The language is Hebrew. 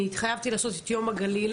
התחייבתי לעשות את יום הגליל,